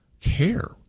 care